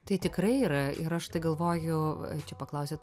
tai tikrai yra ir aš tai galvoju čia paklausėt